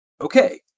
Okay